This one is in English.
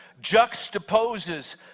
juxtaposes